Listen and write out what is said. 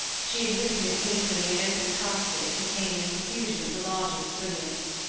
she exhibited, hastily, an open casket containing a profusion of the largest brilliants.